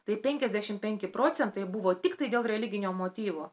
tai penkiasdešimt penki procentai buvo tiktai dėl religinio motyvo